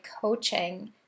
coaching